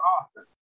awesome